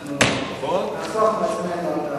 אנחנו נחסוך מעצמנו,